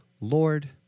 Lord